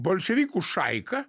bolševikų šaika